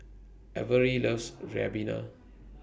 Averi loves Ribena